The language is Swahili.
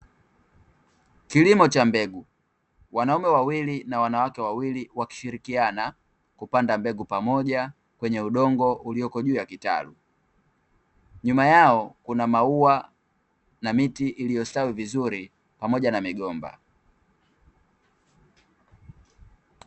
Kilimo cha mbegu, wanaume wawili na wanawake wawili wakishirikiana kupanda mbegu pamoja, kwenye udongo ulioko juu ya kitalu. Nyuma yao kuna maua na miti iliyostawi vizuri pamoja na migomba.